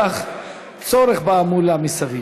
כרגע אין כל כך צורך בהמולה מסביב.